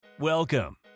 Welcome